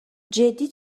جدی